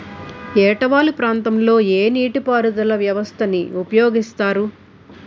ఏట వాలు ప్రాంతం లొ ఏ నీటిపారుదల వ్యవస్థ ని ఉపయోగిస్తారు?